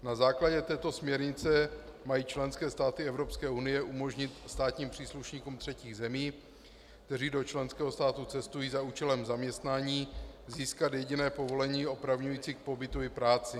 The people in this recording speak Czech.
Na základě této směrnice mají členské státy Evropské unie umožnit státním příslušníkům třetích zemí, kteří do členského státu cestují za účelem zaměstnání, získat jediné povolení opravňující k pobytu i práci.